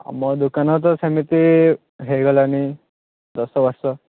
ଆଉ ଦୋକାନ ତ ସେମିତି ହେଇଗଲାଣି ଦଶ ବର୍ଷ